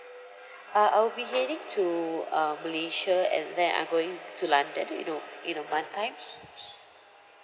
uh I'll be heading to uh malaysia and then I going to london you know in a month time